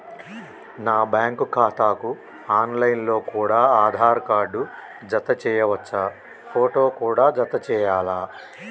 నా బ్యాంకు ఖాతాకు online లో కూడా ఆధార్ కార్డు జత చేయవచ్చా ఫోటో కూడా జత చేయాలా?